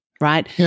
right